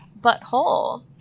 butthole